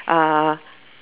uh